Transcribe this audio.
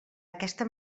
aquesta